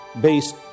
based